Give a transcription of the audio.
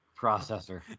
processor